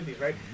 right